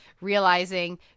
realizing